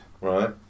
Right